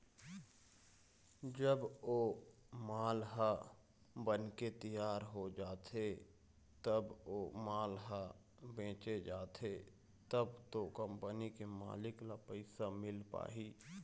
जब ओ माल ह बनके तियार हो जाथे तब ओ माल ल बेंचे जाथे तब तो कंपनी के मालिक ल पइसा मिल पाही